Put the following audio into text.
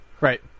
Right